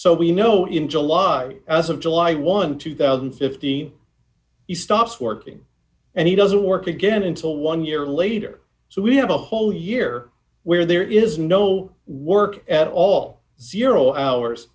so we know in july as of july one two thousand and fifteen he stops working and he doesn't work again until one year later so we have a whole year where there is no work at all